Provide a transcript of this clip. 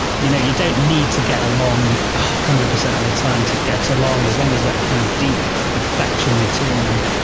you know you don't need to get along one ah hundred percent of the time to get along, as long as that kind of deep affection between them,